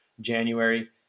January